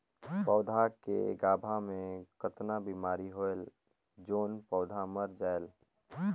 पौधा के गाभा मै कतना बिमारी होयल जोन पौधा मर जायेल?